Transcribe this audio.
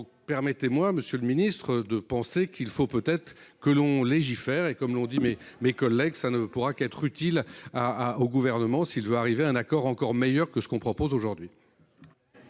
Donc permettez-moi, Monsieur le Ministre de penser qu'il faut peut-être que l'on légifère et comme l'on dit, mais mes collègues ça ne pourra qu'être utile à à au gouvernement s'il veut arriver à un accord encore meilleur que ce qu'on propose aujourd'hui.